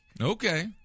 Okay